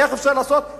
איך אפשר לעשות את זה?